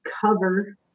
cover